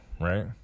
right